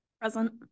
present